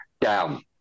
down